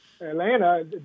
Atlanta